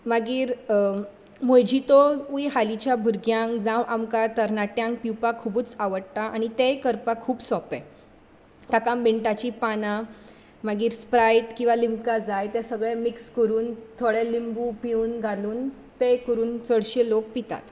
मागीर मोइतोय हालींच्या भुरग्यांक जावं आमकां तरनाट्यांक पिवपाक खुबूच आवडटा आनी तेंय करपाक खूब सोंपें ताका मिण्टाचीं पानां मागीर स्प्रायट किंवां लिमका जाय ते सगळें मिक्स करून थोडे लिंबू पिळून घालून पेय करून चडशे लोक पितात